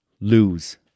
lose